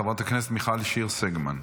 חברת הכנסת מיכל שיר סגמן.